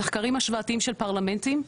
מחקרים השוואתיים של פרלמנטים,